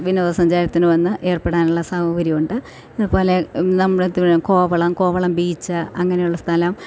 വിനോദസഞ്ചാരത്തിന് വന്ന് ഏർപ്പെടാനുള്ള സൗകര്യം ഉണ്ട് അത് പോലെ നമ്മളെ കോവളം കോവളം ബീച്ച് അങ്ങനെയുള്ള സ്ഥലം